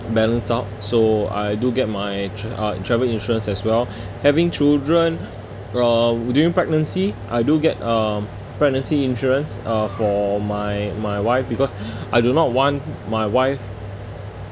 balance out so I do get my tra~ uh travel insurance as well having children uh during pregnancy I do get um pregnancy insurance uh for my my wife because I do not want my wife